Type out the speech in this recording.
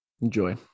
Enjoy